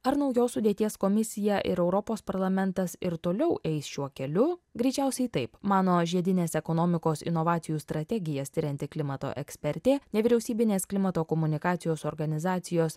ar naujos sudėties komisija ir europos parlamentas ir toliau eis šiuo keliu greičiausiai taip mano žiedinės ekonomikos inovacijų strategijas tirianti klimato ekspertė nevyriausybinės klimato komunikacijos organizacijos